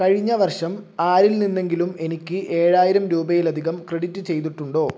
കഴിഞ്ഞവർഷം ആരിൽ നിന്നെങ്കിലും എനിക്ക് ഏഴായിരം രൂപയിലധികം ക്രെഡിറ്റ് ചെയ്തിട്ടുണ്ടോ